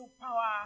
power